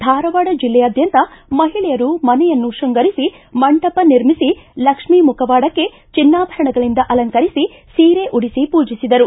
ಧಾರವಾಡ ಜಿಲ್ಲೆಯಾದ್ದಂತ ಮಹಿಳೆಯರು ಮನೆಯನ್ನು ಶೃಂಗರಿಸಿ ಮಂಟಪ ನಿರ್ಮಿಸಿ ಲಕ್ಷ್ಮೀ ಮುಖವಾಡಕ್ಕೆ ಚಿನ್ನಾಭರಣಗಳಿಂದ ಅಲಂಕರಿಸಿ ಸೀರೆ ಉಡಿಸಿ ಪೂಜಿಸಿದರು